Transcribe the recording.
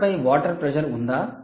పంటపై water pressure ఉందా